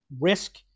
risk